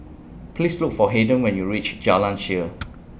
Please Look For Haiden when YOU REACH Jalan Shaer